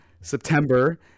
September